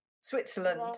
Switzerland